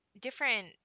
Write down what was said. different